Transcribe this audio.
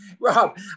Rob